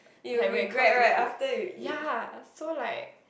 like when it comes to food ya so like